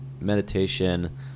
meditation